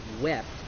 wept